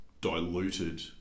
diluted